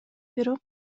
бирок